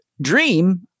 dream